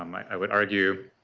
um i i would argue